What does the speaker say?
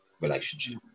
relationship